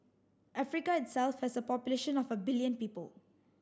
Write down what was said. Africa itself has a population of a billion people